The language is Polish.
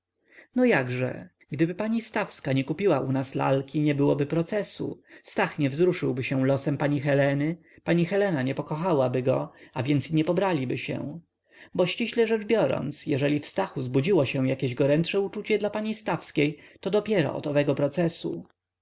no jakże gdyby pani stawska nie kupiła u nas lalki nie byłoby procesu stach nie wzruszyłby się losem pani heleny pani helena nie pokochałaby go a więc i nie pobraliby się bo ściśle rzeczy biorąc jeżeli w stachu zbudziło się jakieś gorętsze uczucie dla pani stawskiej to dopiero od owego procesu